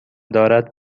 دارد